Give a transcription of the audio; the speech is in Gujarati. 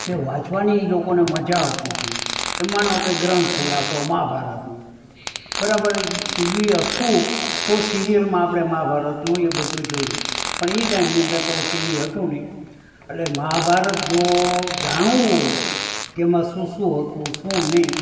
કે વાંચવાની એ લોકોને મજા આવતી તી એમાનો કંઇ ગ્રંથ છે એ આપણો મહાભારતનો બરાબર એ ટીવી હતું તો સિરિયલમાં આપણે મહાભારતનું એ બધું જોયું પણ એ ટાઈમની અંદર તો ટીવી હતું નહીં અટલે મહાભારત જો જાણવું હોય કે એમાં શું શું હતું શું નહીં